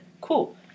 Cool